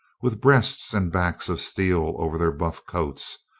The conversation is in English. with breasts and backs of steel over their buff coats,